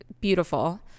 beautiful